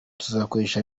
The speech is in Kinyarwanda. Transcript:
tuzakoresha